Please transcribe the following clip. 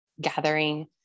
gathering